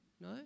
No